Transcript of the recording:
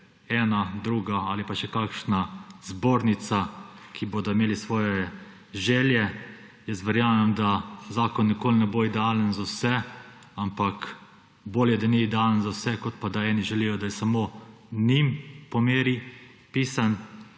ena, druga, ali pa še kakšna zbornica, ki bodo imeli svoje želje. Verjamem, da zakon nikoli ne bo idealen za vse, ampak bolje, da ni idealen za vse, kot pa da eni želijo, da je samo njim po meri pisan.